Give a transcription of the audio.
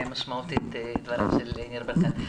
משמעותית את הדברים של ניר ברקת.